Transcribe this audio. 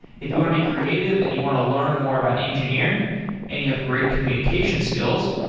if you want to be creative and you want to learn more about engineering and you have great communication skills,